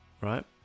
right